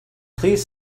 please